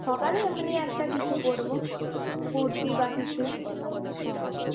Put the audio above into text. সকালে এমনি একটা কিছু পরব কুর্তি বা কিছু